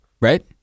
Right